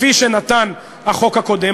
כפי שנתן החוק הקודם.